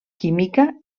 química